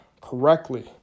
correctly